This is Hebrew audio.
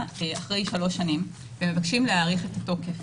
אחרי 3 שנים ובקשים להאריך את התוקף,